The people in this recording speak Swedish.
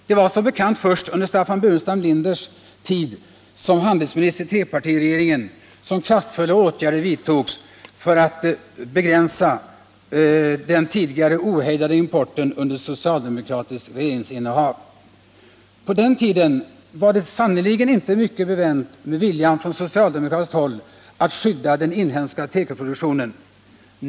Det var som bekant först under Staffan Burenstam Linders tid som handelsminister i trepartiregeringen som kraftfulla åtgärder vidtogs för att begränsa den tidigare under socialdemokratiskt regeringsinnehav ohejdade importen. På den tiden var det sannerligen inte mycket bevänt med viljan från socialdemokratiskt håll att skydda den inhemska tekoproduktionen.